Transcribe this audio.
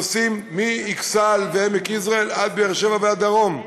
הם נוסעים מאכסאל ועמק-יזרעאל עד באר-שבע והדרום.